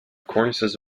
cornices